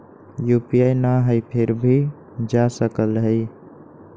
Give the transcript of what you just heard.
UPI न हई फिर भी जा सकलई ह?